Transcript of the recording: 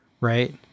right